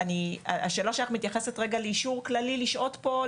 השאלה שלך מתייחסת רגע לאישור כללי לשהות פה,